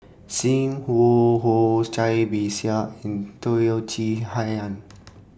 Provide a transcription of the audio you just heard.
SIM Wong Hoo Cai Bixia and Teo Chee Hean